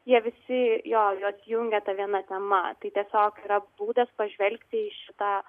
jie visi jo juos jungia ta viena tema tai tiesiog yra būdas pažvelgti į šitą